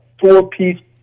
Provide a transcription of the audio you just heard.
four-piece